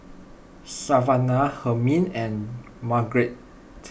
Savanah Hermine and Margarite